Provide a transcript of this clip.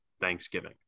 thanksgiving